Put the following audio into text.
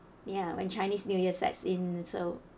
ya when chinese new year sets in so